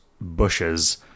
bushes